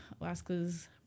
Alaska's